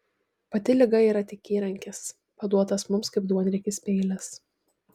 pati liga yra tik įrankis paduotas mums kaip duonriekis peilis